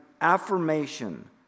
affirmation